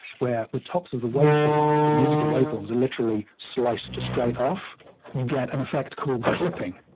where the tops of the waveforms, the musical waveforms, are literally sliced straight off, you get an effect called clipping.